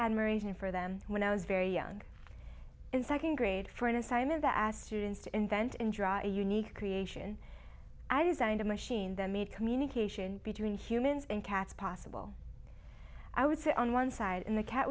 admiration for them when i was very young in second grade for an assignment that asked students to invent and draw a unique creation i designed a machine that made communication between humans and cats possible i would sit on one side and the cat